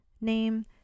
name